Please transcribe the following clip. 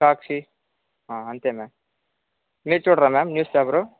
సాక్షి అంతే మ్యా మీరు చూడరా మ్యామ్ న్యూస్ పేపరు